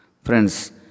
Friends